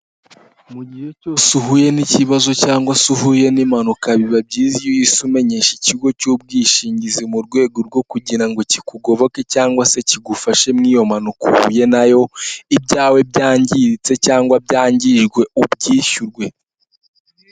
Mu gihe cyose uhuye n'ikibazo cyangwa se uhuye n'impanuka biba byiza iyo uhise umenyesha ikigo cy'ubwishingizi mu rwego rwo kugira ngo kikugoboke cyangwa se kigufashe muri iyo mpanuka uhuye nayo ibyawe byangiritse cyangwa byangijwe ubyishyurwe.